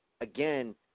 again